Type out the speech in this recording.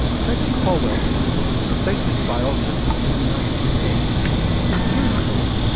professor colwell is one of the most respected biologists in the united states who years ago,